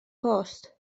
post